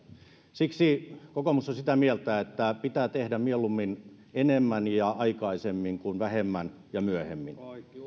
siksi kokoomus on sitä mieltä että pitää tehdä mieluummin enemmän ja aikaisemmin kuin vähemmän ja myöhemmin